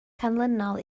canlynol